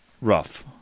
rough